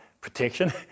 protection